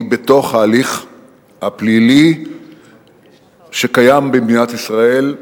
היא בתוך ההליך הפלילי שקיים במדינת ישראל,